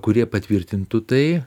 kurie patvirtintų tai